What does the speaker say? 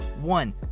One